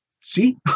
see